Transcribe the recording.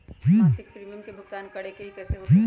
मासिक प्रीमियम के भुगतान करे के हई कैसे होतई?